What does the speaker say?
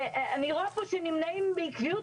אני רואה פה שנמנעים בעקביות